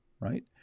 right